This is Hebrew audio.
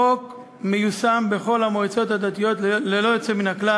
החוק מיושם בכל המועצות הדתיות ללא יוצא מן הכלל